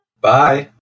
Bye